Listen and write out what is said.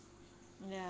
ya